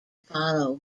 follow